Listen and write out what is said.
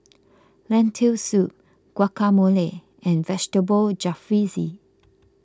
Lentil Soup Guacamole and Vegetable Jalfrezi